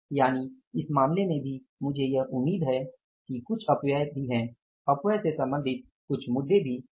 यानि इस मामले में भी मुझे यह उम्मीद है कि कुछ अपव्यय भी हैं अपव्यय से सम्बंधित कुछ मुद्दे भी हैं